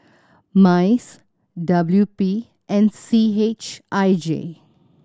MICE W P and C H I J